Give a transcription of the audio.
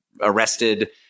arrested